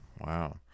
Wow